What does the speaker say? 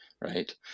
Right